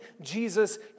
Jesus